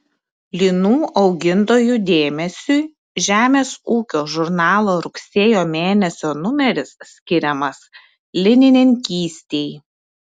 linų augintojų dėmesiui žemės ūkio žurnalo rugsėjo mėnesio numeris skiriamas linininkystei